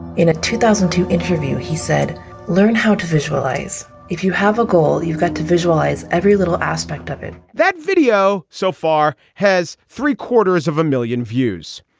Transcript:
in a two thousand and two interview he said learn how to visualize if you have a goal you've got to visualize every little aspect of it that video so far has three quarters of a million views.